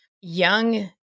young